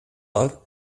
like